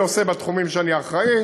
אני עושה בתחומים שאני אחראי